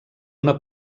una